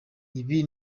ibi